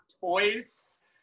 toys